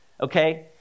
okay